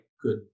good